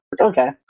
Okay